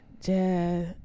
jazz